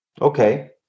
Okay